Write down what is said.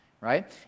Right